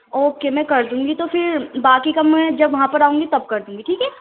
okay میں کر دوں گی تو پھر باقی کا میں جب وہاں پر آؤں گی تب کر دوں گی ٹھیک ہے